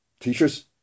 teachers